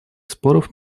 споров